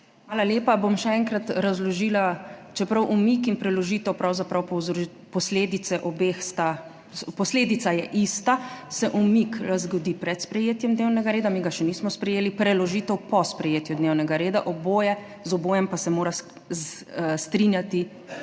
Hvala lepa. Bom še enkrat razložila, čeprav umik in preložitev pravzaprav povzr…, posledice obeh sta, posledica je ista, se umik zgodi pred sprejetjem dnevnega reda, mi ga še nismo sprejeli, preložitev po sprejetju dnevnega reda, oboje, z obojim pa se mora strinjati